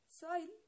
soil